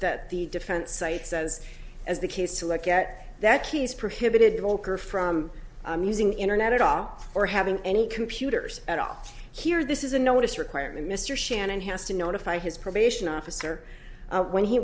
that the defense cite says as the case to look at that he's prohibited voelker from amusing internet at all or having any computers at all here this is a notice requirement mr shannon has to notify his probation officer when he